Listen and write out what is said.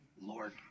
Lord